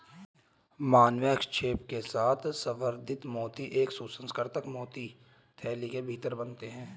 मानवीय हस्तक्षेप के साथ संवर्धित मोती एक सुसंस्कृत मोती थैली के भीतर बनते हैं